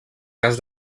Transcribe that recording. cas